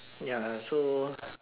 ya so